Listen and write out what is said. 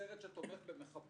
סרט שתומך במחבלות,